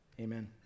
Amen